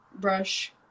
brush